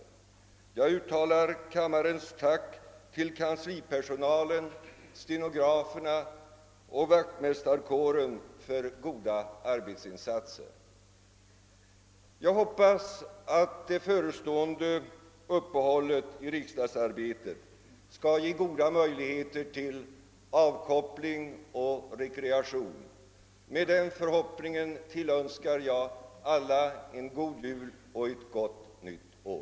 Likaså uttalar jag kammarens tacksamhet till kanslipersonalen, stenograferna och vaktmästarkåren för goda arbetsinsatser. Jag hoppas att det förestående uppehållet i riksdagsarbetet skall ge goda möjligheter till avkoppling och rekreation. Med den förhoppningen tillönskar jag alla en god jul och ett gott nytt år.